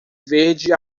verde